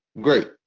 great